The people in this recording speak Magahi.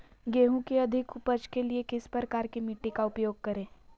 गेंहू की अधिक उपज के लिए किस प्रकार की मिट्टी का उपयोग करे?